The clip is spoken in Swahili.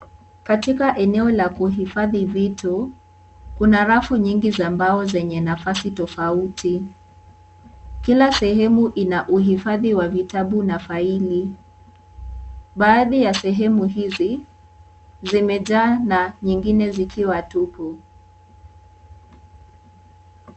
Katika eneo la kuhifadhi vitu, kuna rafu nyingi za mbao zenye nafasi tofauti. Kila sehemu ina uhifadhi wa vitabu na faili. Baadhi ya sehemu hizi zimejaa na nyingine zikiwa tupu.